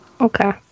Okay